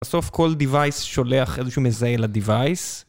בסוף כל device שולח איזשהו מזה אל הdevice